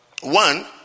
One